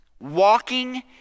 walking